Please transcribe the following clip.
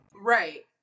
right